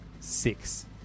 six